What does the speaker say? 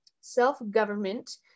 Self-government